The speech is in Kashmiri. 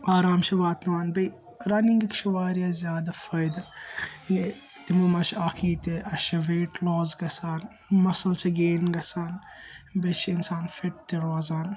آرام چھ واتان بیٚیہِ رننگ چھ واریاہ زیادٕ فٲیدٕ یہِ تِمو منٛز چھِ اَکھ یہِ تہِ اَسہِ چھُ ویٹ لاس گَژھان مَسَل چھ گین گَژھان بیٚیہ چھِ اِنسان فِٹ تہِ روزان